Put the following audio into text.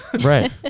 Right